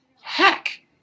Heck